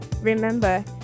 Remember